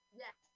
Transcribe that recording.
yes